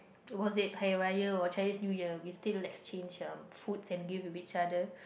was it Hari-Raya or Chinese New Year we still exchange ah foods and gift with each other